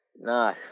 No